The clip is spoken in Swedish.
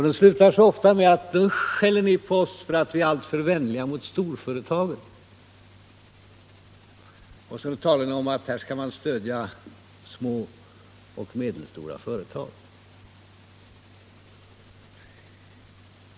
Den slutar så ofta med att ni skäller på oss för att vi är alltför vänliga mot storföretagen, och så talar ni om att man skall stödja små och medelstora företag.